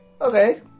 okay